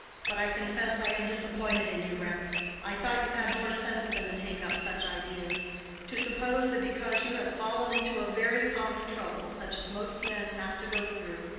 but i confess i am disappointed in you, rex. i thought you had more sense than to take up such ideas to suppose that because you have fallen into a very common trouble, such as most men have to go through,